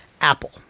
Apple